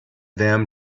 them